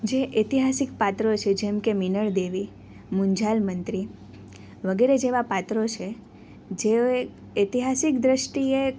જે ઐતિહાસિક પાત્રો છે જેમ કે મિનળદેવી મુંજાલ મંત્રી વગેરે જેવા પાત્રો છે જે ઐતિહાસિક દૃષ્ટિએ